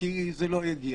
כי זה לא יגיע.